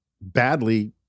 badly